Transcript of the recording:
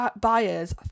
buyers